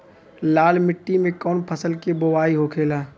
लाल मिट्टी में कौन फसल के बोवाई होखेला?